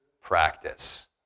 practice